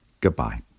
Goodbye